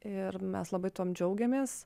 ir mes labai tuom džiaugiamės